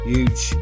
Huge